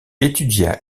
étudia